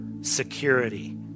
security